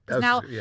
Now